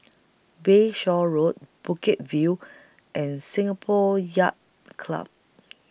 Bayshore Road Bukit View and Singapore Yacht Club